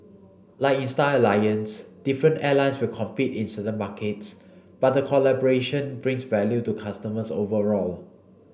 like in Star Alliance different airlines will compete in certain markets but the collaboration brings value to customers overall